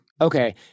Okay